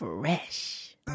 Fresh